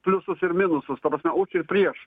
pliusus ir minusus ta prasme už ir prieš